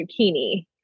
zucchini